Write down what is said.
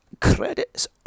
credits